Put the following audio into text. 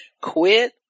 Quit